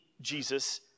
Jesus